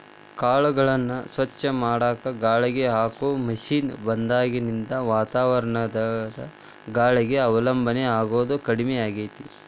ಕಾಳುಗಳನ್ನ ಸ್ವಚ್ಛ ಮಾಡಾಕ ಗಾಳಿಗೆ ಹಾಕೋ ಮಷೇನ್ ಬಂದಾಗಿನಿಂದ ವಾತಾವರಣದ ಗಾಳಿಗೆ ಅವಲಂಬನ ಆಗೋದು ಕಡಿಮೆ ಆಗೇತಿ